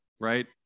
Right